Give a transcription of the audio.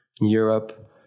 Europe